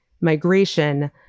migration